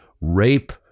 rape